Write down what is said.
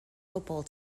football